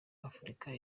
afurika